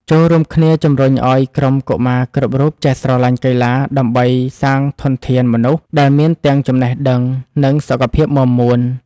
ចូររួមគ្នាជំរុញឱ្យកុមារគ្រប់រូបចេះស្រឡាញ់កីឡាដើម្បីកសាងធនធានមនុស្សដែលមានទាំងចំណេះដឹងនិងសុខភាពមាំមួន។